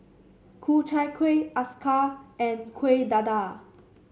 Ku Chai Kuih acar and Kueh Dadar